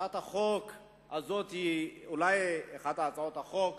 הצעת החוק הזאת היא אולי אחת מהצעות החוק